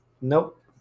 Nope